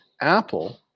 Apple